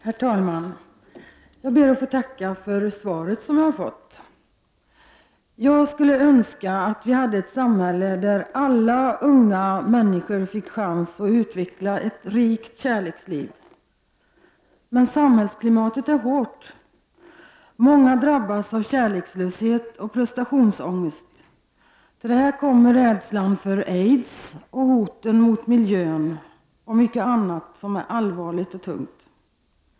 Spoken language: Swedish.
Herr talman! Jag ber att få tacka för svaret. Jag önskar att vi hade ett samhälle där alla unga människor fick chans att utveckla ett rikt kärleksliv. Men samhällsklimatet är hårt. Många drabbas av kärlekslöshet och prestationsångest. Till detta kommer rädslan för aids, ho ten mot miljön och mycket annat som känns allvarligt och tungt.